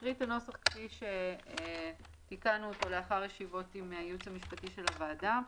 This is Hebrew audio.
אקרא את הנוסח כפי שתיקנו אותו לאחר ישיבות עם הייעוץ המשפטי של הוועדה.